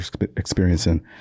experiencing